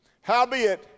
Howbeit